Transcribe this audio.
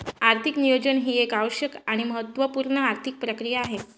आर्थिक नियोजन ही एक आवश्यक आणि महत्त्व पूर्ण आर्थिक प्रक्रिया आहे